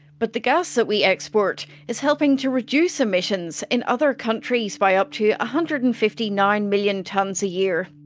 but the gas that we export is helping to reduce emissions in other countries by up to one hundred and fifty nine million tonnes a year.